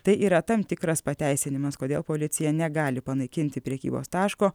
tai yra tam tikras pateisinimas kodėl policija negali panaikinti prekybos taško